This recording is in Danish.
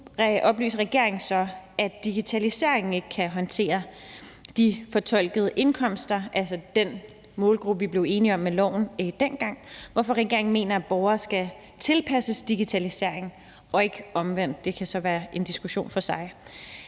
hvorfor regeringen mener, at borgerne skal tilpasses digitaliseringen og ikke omvendt. Det kan så være en diskussion for sig.